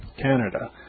Canada